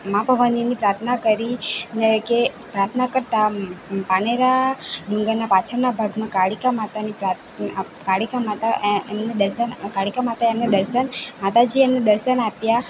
માં ભવાનીની પ્રાર્થના કરી ને કે પ્રાર્થના કરતાં પાનેરા ડુંગરના પાછળના ભાગમાં કાળીકા માતાની પ્રાર્થના કાળીકા માતા એમને દર્શન કાળીકા માતાએ એમને દર્શન માતાજીએ એમને દર્શન આપ્યા